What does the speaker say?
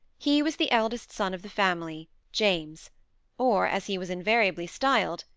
he was the eldest son of the family, james or, as he was invariably styled,